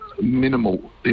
minimal